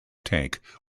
tank